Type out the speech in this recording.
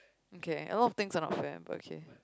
K a lot of things I'm not sure but okay